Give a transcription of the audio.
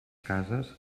cases